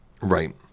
Right